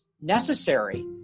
necessary